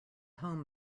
home